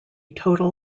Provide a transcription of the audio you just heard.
total